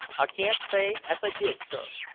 i can't say as i did, sir,